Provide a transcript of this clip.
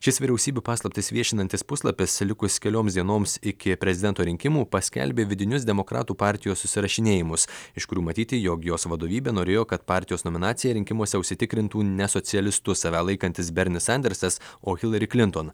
šis vyriausybių paslaptis viešinantis puslapis likus kelioms dienoms iki prezidento rinkimų paskelbė vidinius demokratų partijos susirašinėjimus iš kurių matyti jog jos vadovybė norėjo kad partijos nominaciją rinkimuose užsitikrintų ne socialistu save laikantis bernis sandersas o hilary klinton